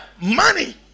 money